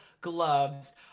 gloves